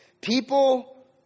People